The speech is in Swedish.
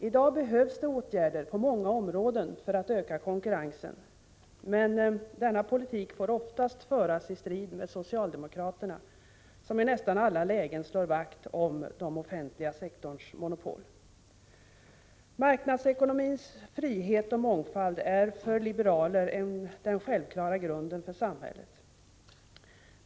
I dag behövs åtgärder på många områden för att öka konkurrensen, men denna politik får oftast föras i strid med socialdemokraterna, som i nästan alla lägen slår vakt om den offentliga sektorns monopol. Marknadsekonomins frihet och mångfald är för oss liberaler den självklara grunden för samhället.